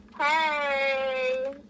Hey